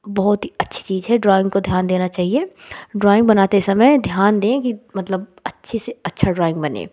बहुत ही अच्छी चीज़ है ड्राइंग को ध्यान देना चाहिए ड्राइंग बनाते समय ध्यान दें कि मतलब अच्छे से अच्छी ड्राइंग बने